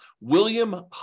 William